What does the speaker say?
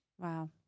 Wow